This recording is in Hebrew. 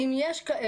אני בספק אם יש כאלה.